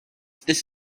this